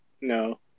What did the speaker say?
No